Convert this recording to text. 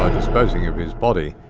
ah disposing of his body.